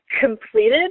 completed